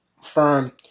firm